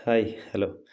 hi hello